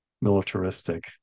militaristic